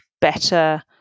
better